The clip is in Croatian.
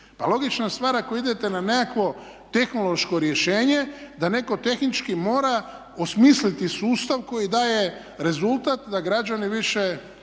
logična stvar ako idete na nekakvo tehnološko rješenje da netko tehnički mora osmisliti sustav koji daje rezultat da građani više